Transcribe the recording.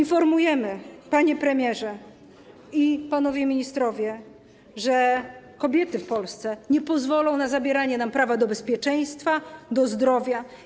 Informujemy, panie premierze i panowie ministrowie, że kobiety w Polsce nie pozwolą na zabieranie prawa do bezpieczeństwa, do zdrowia.